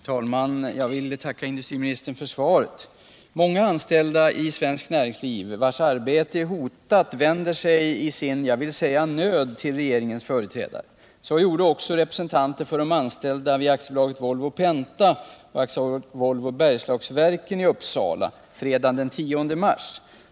Herr talman! Jag tackar industriministern för svaret. Många anställda i svenskt näringsliv vilkas arbete är hotat vänder sig i — som jag vill kalla det — sin nöd till regeringens företrädare. Så gjorde också representanter för de anställda vid AB Volvo Penta och AB Volvo, Bergslagsverken i Uppsala fredagen den 10 mars.